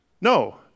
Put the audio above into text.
No